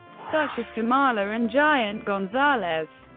such as kamala and giant gonzalez.